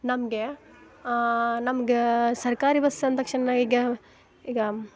ನಮಗೆ ನಮ್ಗೆ ಸರ್ಕಾರಿ ಬಸ್ ಅಂದ ತಕ್ಷಣ ನಾವು ಈಗ ಈಗ